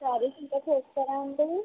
శారీస్ ఇంకా తీసుకోరా అండి